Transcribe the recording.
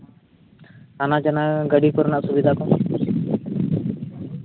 ᱟᱱᱟ ᱡᱟᱱᱟ ᱜᱟᱹᱰᱤ ᱠᱚᱨᱮᱱᱟᱜ ᱥᱩᱵᱤᱫᱷᱟ ᱠᱚ